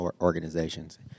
organizations